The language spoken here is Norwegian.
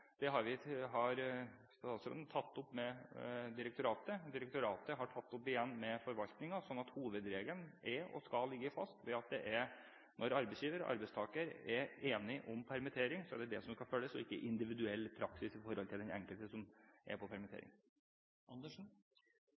statsråden tatt opp med direktoratet. Direktoratet har igjen tatt dette opp med forvaltningen, sånn at hovedregelen er – og skal ligge fast: Når arbeidsgiver og arbeidstaker er enige om permittering, er det det som skal følges, og ikke en individuell praksis i forhold til den enkelte som er